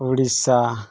Odisha